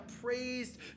praised